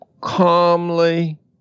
calmly